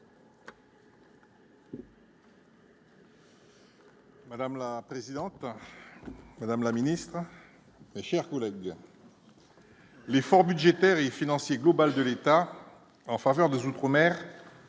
Madame la présidente, madame la ministre, chers collègues. Salut. L'effort budgétaire et financier global de l'État en faveur des outre-mer